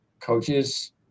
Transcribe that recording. coaches